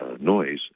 noise